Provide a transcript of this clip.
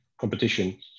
competition